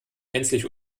gänzlich